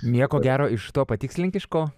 nieko gero iš to patikslink iš ko